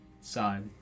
side